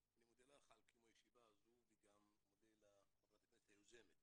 אני מודה לך על קיום הישיבה הזו וגם מודה לחברת הכנסת היוזמת.